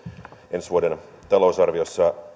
ensi vuoden talousarviossa